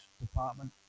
department